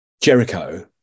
Jericho